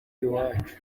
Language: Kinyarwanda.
iwacu